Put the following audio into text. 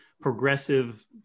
progressive